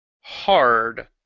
hard